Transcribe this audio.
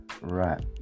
Right